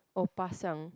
oh ba siang